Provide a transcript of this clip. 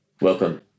welcome